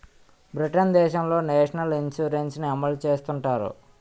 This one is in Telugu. బ్రిటన్ దేశంలో నేషనల్ ఇన్సూరెన్స్ ని అమలు చేస్తుంటారు